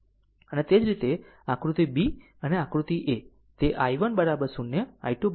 અને તે જ રીતે આકૃતિ b આકૃતિ a તે i1 0 i2 0આપવામાં આવે છે